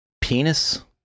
penis